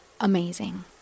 amazing